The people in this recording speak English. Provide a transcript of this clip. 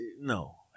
no